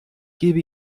gebe